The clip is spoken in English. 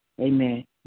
Amen